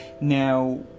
Now